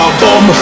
boom